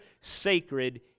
sacred